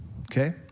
Okay